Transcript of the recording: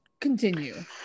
Continue